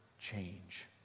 change